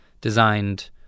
designed